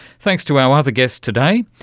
thanks to our other guests today,